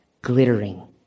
Glittering